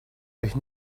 euch